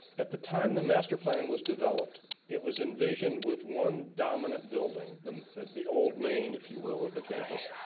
at the time the master plan was developed, it was envisioned with one dominant building, the the old main, if you will, of the campus.